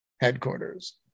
headquarters